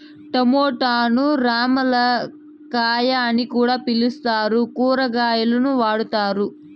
టమోటాను రామ్ములక్కాయ అని కూడా పిలుత్తారు, కూరగాయగా వాడతారు